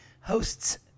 hosts